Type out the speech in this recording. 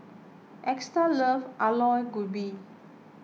Esta loves Aloo Gobi